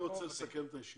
אני רוצה לסכם את הישיבה.